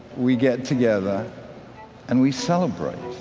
we get together and we celebrate